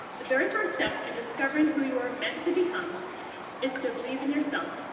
the very first step in discovering who you are meant to become is to believe in yourself,